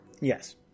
Yes